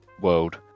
world